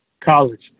College